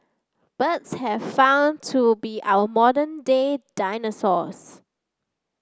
birds have found to be our modern day dinosaurs